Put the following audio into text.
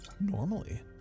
normally